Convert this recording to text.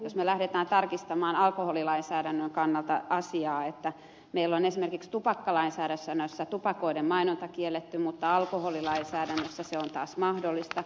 jos lähdemme tarkistamaan alkoholilainsäädännön kannalta asiaa niin meillä on esimerkiksi tupakkalainsäädännössä tupakoiden mainonta kielletty mutta alkoholilainsäädännössä alkoholin mainonta on taas mahdollista